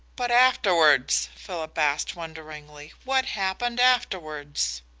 but afterwards? philip asked wonderingly. what happened afterwards?